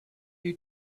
you